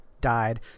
died